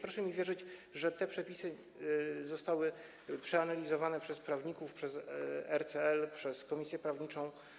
Proszę mi wierzyć, że te przepisy zostały przeanalizowane przez prawników, przez RCL, przez komisję prawniczą.